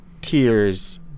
tears